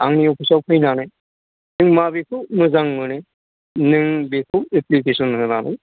आंनि अफिस आव फैनानै बबेखौ मोजां मोनो नों बेखौ एफ्लिकेस'न होनानै